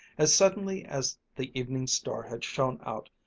as suddenly as the evening star had shone out,